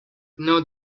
know